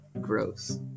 gross